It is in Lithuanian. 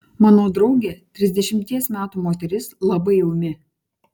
mano draugė trisdešimties metų moteris labai ūmi